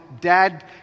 dad